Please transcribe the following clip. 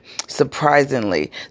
surprisingly